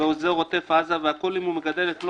באזור עוטף עזה אם הוא מגדל את מלוא